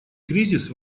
кризис